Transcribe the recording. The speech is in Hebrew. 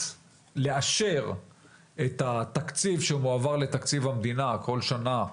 לאשר את התקציב שמועבר לתקציב המדינה כל שנה.